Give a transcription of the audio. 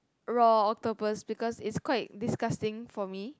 raw octopus because it's quite disgusting for me